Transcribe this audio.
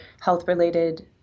health-related